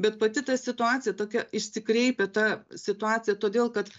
bet pati ta situacija tokia išsikreipia ta situacija todėl kad